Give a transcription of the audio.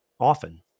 often